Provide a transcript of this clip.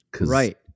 Right